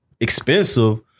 expensive